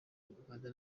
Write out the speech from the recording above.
uganda